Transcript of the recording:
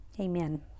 Amen